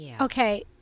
Okay